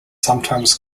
sometimes